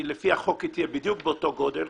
לפי החוק, תהיה בדיוק באותו גודל.